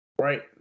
Right